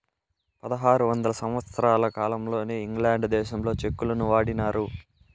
పదహారు వందల సంవత్సరాల కాలంలోనే ఇంగ్లాండ్ దేశంలో చెక్కులను వాడినారు